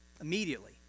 Immediately